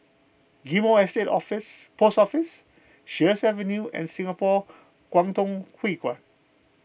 Ghim Moh Estate Office Post Office Sheares Avenue and Singapore Kwangtung Hui Kuan